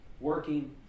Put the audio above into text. working